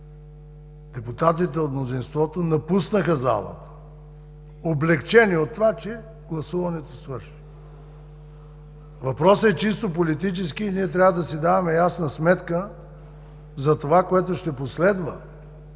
Депутатите от мнозинството напуснаха залата, облекчени от това, че гласуването свърши. Въпросът е чисто политически и ние трябва да си даваме ясна сметка за това, което ще последва.